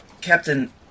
Captain